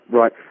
right